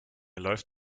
läuft